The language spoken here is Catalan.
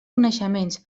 coneixements